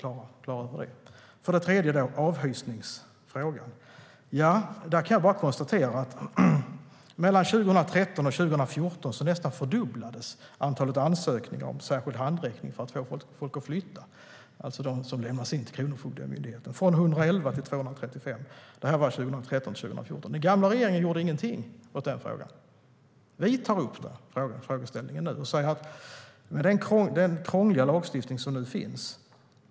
När det för det tredje gäller avhysningsfrågan kan jag konstatera att mellan 2013 och 2014 nästan fördubblades antalet ansökningar, från 111 till 235, till Kronofogdemyndigheten om särskild handräckning för att få folk att flytta. Den gamla regeringen gjorde ingenting åt den frågan. Vi tar upp den nu. Den lagstiftning som finns nu är krånglig.